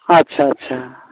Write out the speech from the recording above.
ᱟᱪᱪᱷᱟ ᱟᱪᱪᱷᱟ